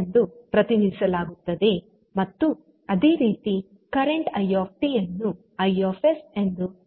ಎಂದು ಪ್ರತಿನಿಧಿಸಲಾಗುತ್ತದೆ ಮತ್ತು ಅದೇ ರೀತಿ ಕರೆಂಟ್ i ಅನ್ನು I ಎಂದು ಪ್ರತಿನಿಧಿಸಲಾಗುತ್ತದೆ